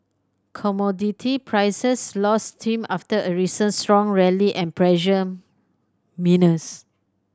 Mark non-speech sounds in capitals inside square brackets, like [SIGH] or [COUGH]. commodity prices lost steam after a recent strong rally and pressured [UNINTELLIGIBLE]